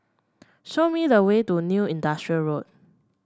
show me the way to New Industrial Road